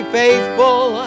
faithful